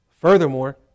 Furthermore